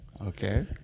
Okay